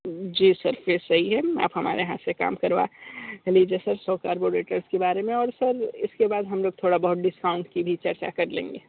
जी sir फिर सही है आप हमारे यहाँ से काम करवा लीजिए सर सौ कार्बोरेटर के बारे में और सर इसके बाद हम लोग थोड़ा बहुत डिस्काउंट की भी चर्चा कर लेंगे